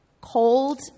cold